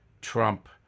Trump